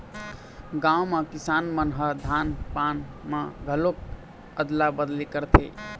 गाँव म किसान मन ह धान पान म घलोक अदला बदली करथे